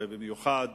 במיוחד